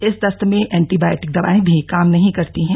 इस दस्त में एंटीबायोटिक दवाएं भी काम नहीं करती है